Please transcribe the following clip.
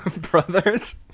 brothers